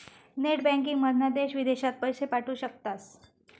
net बँकिंगमधना देश विदेशात पैशे पाठवू शकतास